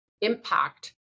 impact